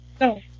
No